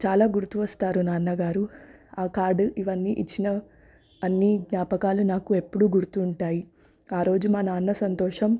చాలా గుర్తువస్తారు నాన్నగారు కార్డు ఇవన్నీ ఇచ్చిన అన్నీ జ్ఞాపకాలు నాకు ఎప్పుడూ గుర్తు ఉంటాయి రోజు మా నాన్న సంతోషం